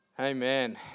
amen